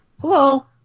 Hello